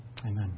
Amen